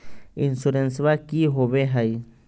इंसोरेंसबा की होंबई हय?